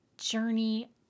journey